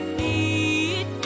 need